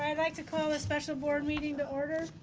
and like to call this special board meeting to order.